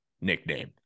nickname